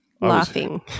Laughing